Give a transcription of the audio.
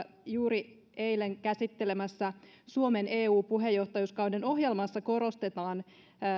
juuri eilen käsittelemässämme suomen eu puheenjohtajuuskauden ohjelmassa korostetaan